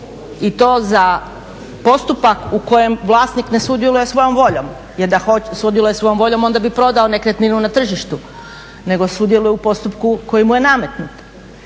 i to za postupak u kojem vlasnik ne sudjeluje svojom voljom, jer da sudjeluje svojom voljom onda bi prodao nekretninu na tržištu, nego sudjeluje u postupku koji mu je nametnut.